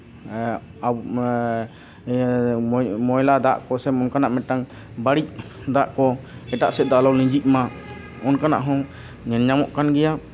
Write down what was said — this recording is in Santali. ᱢᱚᱭᱞᱟ ᱫᱟᱜ ᱠᱚᱥᱮ ᱱᱚᱝᱠᱟᱱᱟᱜ ᱢᱤᱫᱴᱟᱱ ᱵᱟᱹᱲᱤᱡ ᱫᱟᱜ ᱠᱚ ᱮᱴᱟᱜ ᱥᱮᱫ ᱫᱚ ᱟᱞᱚ ᱞᱤᱸᱡᱤᱜ ᱢᱟ ᱚᱱᱠᱟᱱᱟᱜ ᱦᱚᱸ ᱧᱮᱞ ᱧᱟᱢᱚᱜ ᱠᱟᱱ ᱜᱮᱭᱟ